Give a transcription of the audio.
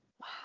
Wow